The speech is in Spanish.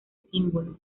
símbolos